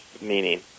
meaning